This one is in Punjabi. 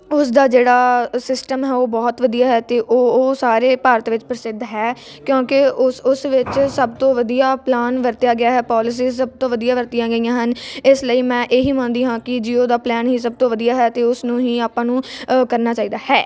ਉਸਦਾ ਜਿਹੜਾ ਸਿਸਟਮ ਹੈ ਉਹ ਬਹੁਤ ਵਧੀਆ ਹੈ ਅਤੇ ਉਹ ਉਹ ਸਾਰੇ ਭਾਰਤ ਵਿੱਚ ਪ੍ਰਸਿੱਧ ਹੈ ਕਿਉਂਕਿ ਉਸ ਉਸ ਵਿੱਚ ਸਭ ਤੋਂ ਵਧੀਆ ਪਲਾਨ ਵਰਤਿਆ ਗਿਆ ਹੈ ਪੋਲਿਸੀਜ ਸਭ ਤੋਂ ਵਧੀਆ ਵਰਤੀਆਂ ਗਈਆਂ ਹਨ ਇਸ ਲਈ ਮੈਂ ਇਹ ਹੀ ਮੰਨਦੀ ਹਾਂ ਕਿ ਜੀਓ ਦਾ ਪਲੈਨ ਹੀ ਸਭ ਤੋਂ ਵਧੀਆ ਹੈ ਅਤੇ ਉਸ ਨੂੰ ਹੀ ਆਪਾਂ ਨੂੰ ਕਰਨਾ ਚਾਹੀਦਾ ਹੈ